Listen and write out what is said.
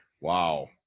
Wow